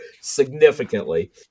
significantly